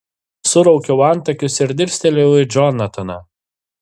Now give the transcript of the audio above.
suraukiu antakius ir dirsteliu į džonataną